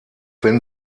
wenn